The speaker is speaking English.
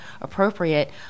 appropriate